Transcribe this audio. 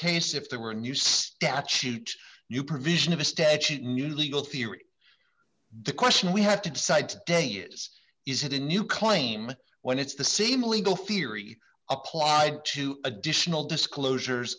case if there were a new statute you provision of a statute new legal theory the question we have to decide today is is it a new claim when it's the same legal theory applied to additional disclosure